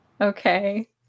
Okay